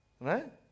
Right